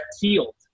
field